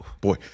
Boy